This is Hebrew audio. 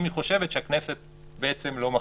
אם היא חושבת שהכנסת בעצם לא מחליטה.